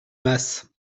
masses